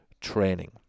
training